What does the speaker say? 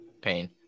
pain